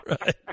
right